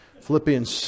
Philippians